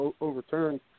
overturned